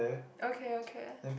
okay okay